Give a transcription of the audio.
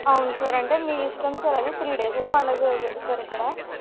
అవును సార్ అంటే మీ ఇష్టం సార్ అది త్రీ డేస్ అయితే పండుగ జరుగుతుంది సార్ ఇక్కడ